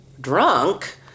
drunk